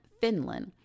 Finland